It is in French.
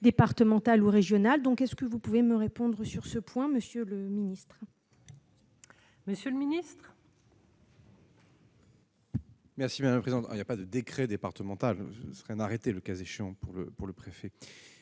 départementale ou régionale, donc est-ce que vous pouvez me répondre sur ce point, monsieur le Ministre. Monsieur le Ministre. Merci bien présente il y a pas de décret départemental, ce serait un arrêté, le cas échéant pour le, pour